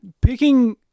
picking